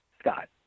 Scott